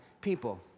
people